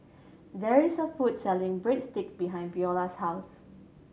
there is a food selling Breadsticks behind Viola's house